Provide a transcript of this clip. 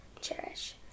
cherish